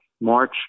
March